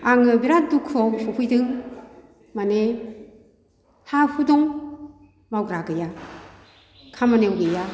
आङो बिराद दुखुआव सफैदों माने हा हु दं मावग्रा गैया खामानियाव गैया